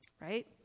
Right